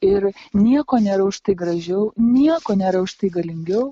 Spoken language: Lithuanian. ir nieko nėra už tai gražiau nieko nėra už tai galingiau